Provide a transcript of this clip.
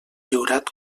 lliurat